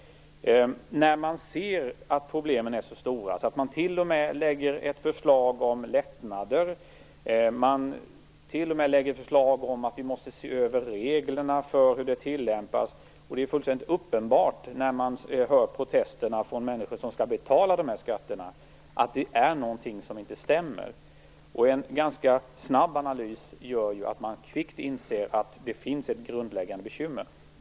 Man ser att problemen är så stora att man t.o.m. lägger fram ett förslag om lättnader och ett förslag om att reglerna för hur detta tillämpas måste ses över. När man hör protesterna från de människor som skall betala dessa skatter är det fullständigt uppenbart att det är någonting som inte stämmer. En ganska snabb analys gör att man kvickt inser att det finns ett grundläggande bekymmer.